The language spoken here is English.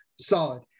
solid